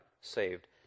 Saved